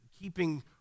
keeping